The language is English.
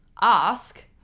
ask